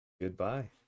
goodbye